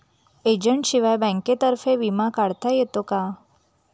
एजंटशिवाय बँकेतर्फे विमा काढता येतो का?